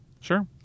Sure